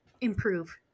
improve